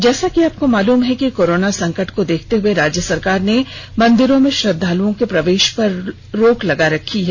जैसा कि आपको मालूम है कि कोरोना संकट को देखते हुए राज्य सरकार ने मंदिरों में श्रद्धालुओं के प्रवेश पर रोक लगा रखी है